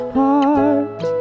heart